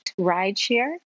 Rideshare